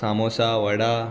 samosa वडा